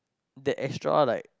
that extra like